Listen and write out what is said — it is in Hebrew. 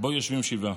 שבו יושבים שבעה.